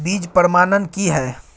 बीज प्रमाणन की हैय?